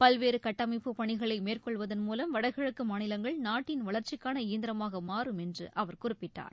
பல்வேறு கட்டமைப்புப் பணிகளை மேற்கொள்வதன் மூலம் வடகிழக்கு மாநிலங்கள் நாட்டின் வளர்ச்சிக்கான இயந்திரமாக மாறும் என்று அவர் குறிப்பிட்டார்